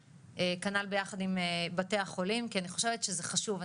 כנ"ל ביחד עם בתי החולים, כי אני חושבת שזה חשוב.